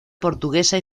portuguesa